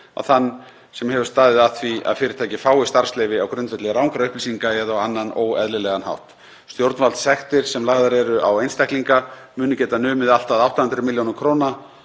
á þann sem hefur staðið að því að fyrirtæki fái starfsleyfi á grundvelli rangra upplýsinga eða á annan óeðlilegan hátt. Stjórnvaldssektir sem lagðar eru á einstaklinga munu geta numið allt að 800 millj. kr.